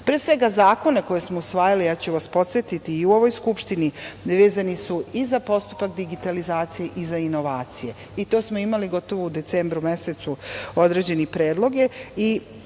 Pre svega zakona koje smo usvajali, ja ću vas podsetiti i u ovoj skupštini, vezani su i za postupak digitalizacije i za inovacije i to smo imali gotovo u decembru mesecu određene predloge. Ono